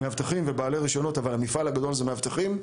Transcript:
מאבטחים ובעלי רישיונות אבל המפעל הגדול הוא מאבטחים,